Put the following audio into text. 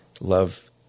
love